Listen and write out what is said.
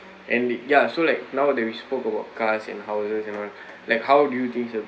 and it ya so like now that we spoke about cars and houses you know like how do you think